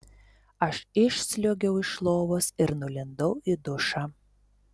aš išsliuogiau iš lovos ir nulindau į dušą